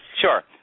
Sure